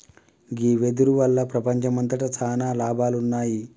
గీ వెదురు వల్ల ప్రపంచంమంతట సాన లాభాలున్నాయి